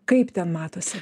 kaip ten matosi